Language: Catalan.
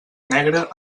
negre